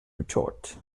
retort